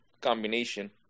combination